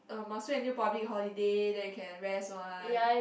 uh must wait until public holiday then you can rest one